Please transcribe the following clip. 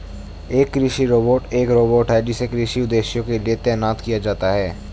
एक कृषि रोबोट एक रोबोट है जिसे कृषि उद्देश्यों के लिए तैनात किया जाता है